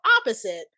opposite